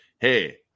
hey